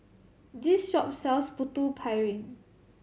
this shop sells Putu Piring